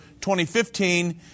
2015